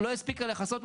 לא הספיקה לכסות,